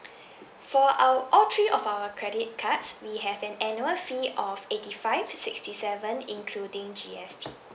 for our all three of our credit cards we have an annual fee of eighty five sixty seven including G_S_T